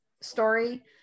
story